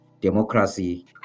democracy